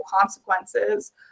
consequences